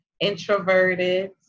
introverted